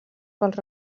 pels